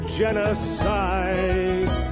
genocide